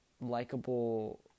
likable